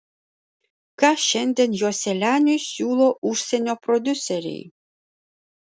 ką šiandien joselianiui siūlo užsienio prodiuseriai